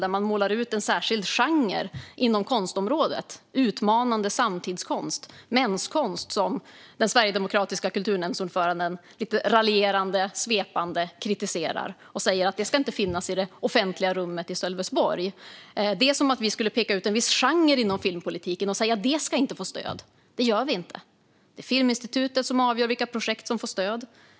Där pekar man ut en särskild genre på konstområdet: utmanande samtidskonst eller menskonst, som den sverigedemokratiska kulturnämndsordföranden raljerande och svepande kritiserar och inte vill ha i det offentliga rummet i Sölvesborg. Det är som att vi inom filmpolitiken skulle peka ut en viss genre och säga: Detta ska inte få stöd. Så gör vi inte. Det är Filminstitutet som avgör vilka projekt som får stöd.